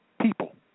people